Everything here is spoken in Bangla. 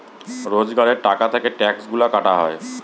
রোজগারের টাকা থেকে ট্যাক্সগুলা কাটা হয়